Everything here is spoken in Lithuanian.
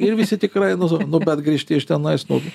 ir visi tikrai nu nu bet grįžti iš tenais nu